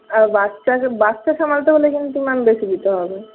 আর বাচ্চা বাচ্চা সামলাতে হলে কিন্তু ম্যাম বেশি দিতে হবে